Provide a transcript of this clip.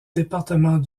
département